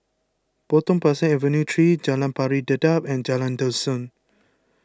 Potong Pasir Avenue three Jalan Pari Dedap and Jalan Dusun